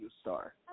star